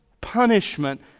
punishment